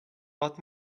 what